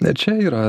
ne čia yra